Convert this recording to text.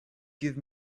give